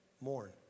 mourn